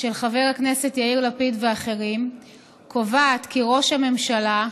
של חבר הכנסת יאיר לפיד ואחרים קובעת כי ראש ממשלה,